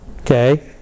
Okay